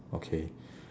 okay